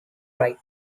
right